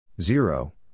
zero